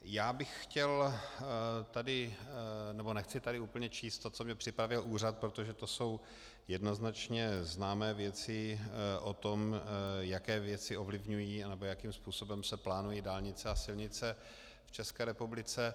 Já bych chtěl tady nebo nechci tady úplně číst to, co mi připravil úřad, protože to jsou jednoznačně známé věci o tom, jaké věci ovlivňují, nebo jakým způsobem se plánují dálnice a silnice v České republice.